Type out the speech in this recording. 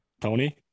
tony